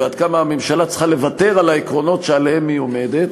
ועד כמה הממשלה צריכה לוותר על העקרונות שעליהם היא עומדת,